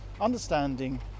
understanding